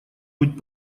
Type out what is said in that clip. быть